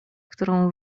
którą